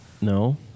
No